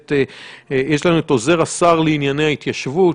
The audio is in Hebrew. יש לנו את עוזר השר לענייני ההתיישבות,